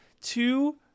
Two